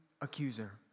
accuser